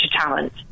talent